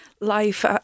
Life